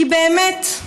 כי באמת,